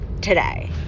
today